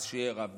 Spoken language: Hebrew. אז שיערב לו.